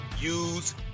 use